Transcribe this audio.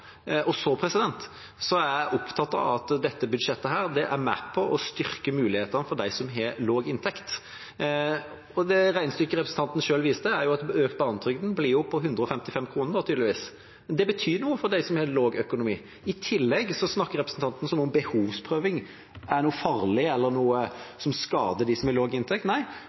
er opptatt av at dette budsjettet er med på å styrke mulighetene for dem som har lav inntekt. Det regnestykket representanten selv viste til, er at den økte barnetrygden da tydeligvis blir på 155 kr. Men det betyr noe for dem som har dårlig økonomi. I tillegg snakker representanten som om behovsprøving er noe farlig, eller noe som skader dem som har lav inntekt. Nei,